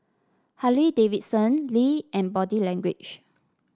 Harley Davidson Lee and Body Language